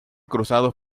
cruzados